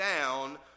down